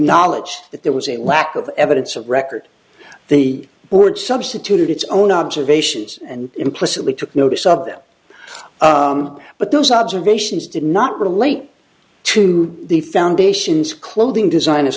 acknowledge that there was a lack of evidence of record the board substituted its own observations and implicitly took notice of them but those observations did not relate to the foundation's clothing design as